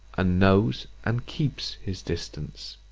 and knows and keeps his distance?